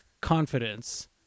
confidence